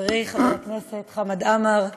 הכנסת חמד עמאר,